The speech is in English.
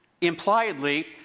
impliedly